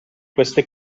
queste